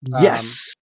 Yes